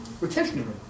retention